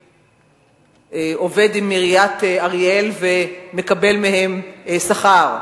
עובד עם עיריית אריאל ומקבל מהם שכר,